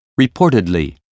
reportedly